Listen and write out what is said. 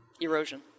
Erosion